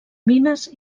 mines